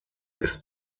ist